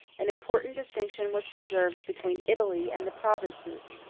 an important distinction was preserved between italy and the provinces.